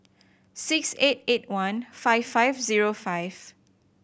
six eight eight one five five zero five